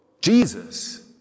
Jesus